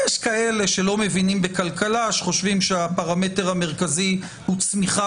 יש כאלה שלא מבינים בכלכלה שחושבים שהפרמטר המרכזי הוא צמיחה